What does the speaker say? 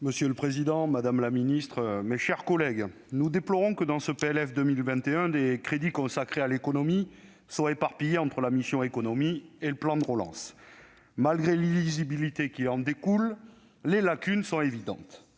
Monsieur le président, madame la ministre, mes chers collègues, nous déplorons que, dans ce projet de loi de finances pour 2021, les crédits consacrés à l'économie soient éparpillés entre la mission « Économie » et le plan de relance. Malgré l'illisibilité qui en découle, les lacunes sont évidentes